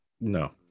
no